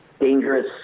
dangerous